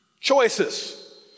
Choices